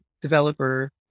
developer